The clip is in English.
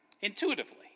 intuitively